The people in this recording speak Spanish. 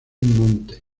monte